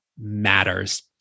matters